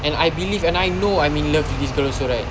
and I believe and I know I'm in love with this girl also right